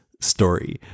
story